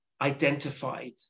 identified